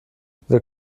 wir